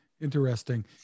Interesting